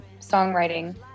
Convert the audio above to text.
songwriting